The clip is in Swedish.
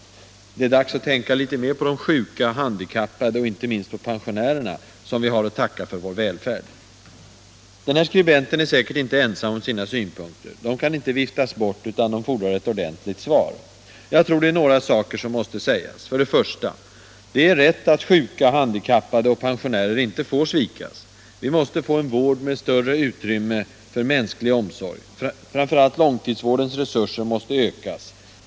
—-—- Det är dags att tänka litet mer på de sjuka, handikappade och inte minst på pensionärerna, som vi har att tacka för vår välfärd.” Den här skribenten är säkert inte ensam om sina synpunkter. De kan inte viftas bort, utan de fordrar ett ordentligt svar. Jag tror det är några saker som måste sägas. För det första: Det är rätt att sjuka, handikappade och pensionärer inte får svikas. Vården måste ge större utrymme för mänsklig omsorg. Framför allt långtidsvården måste byggas ut.